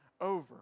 over